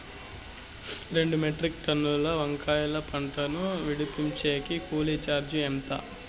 రెండు మెట్రిక్ టన్నుల వంకాయల పంట ను విడిపించేకి కూలీ చార్జీలు ఎంత?